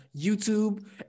YouTube